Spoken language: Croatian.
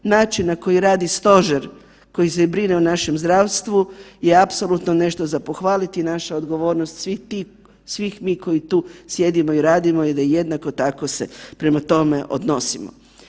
Način na koji radi stožer koji se brine o našem zdravstvu je apsolutno nešto za pohvaliti i naša odgovornost svih tih, svih mi koji tu sjedimo i radimo da jednako tako se prema tome odnosimo.